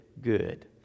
good